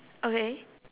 okay